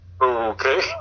okay